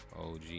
OG